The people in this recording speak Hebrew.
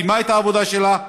סיימה את העבודה שלה,